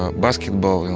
basketball,